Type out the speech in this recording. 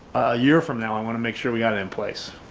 a year from now, i wanna make sure we got it in place,